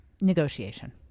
negotiation